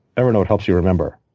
evernote helps you remember.